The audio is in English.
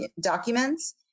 documents